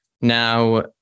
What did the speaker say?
Now